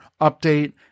update